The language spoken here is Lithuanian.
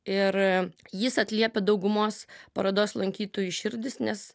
ir jis atliepia daugumos parodos lankytojų širdis nes